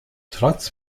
trotz